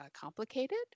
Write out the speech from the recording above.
complicated